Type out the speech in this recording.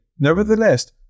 Nevertheless